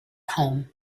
home